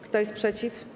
Kto jest przeciw?